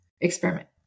Experiment